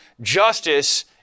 justice